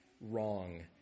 wrong